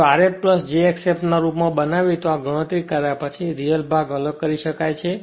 જો Rf j x f ના રૂપ માં બનાવીએ તો આ ગણતરી કર્યા પછી રિયલ ભાગ અલગ કરી શકાય છે